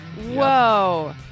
Whoa